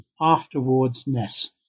afterwardsness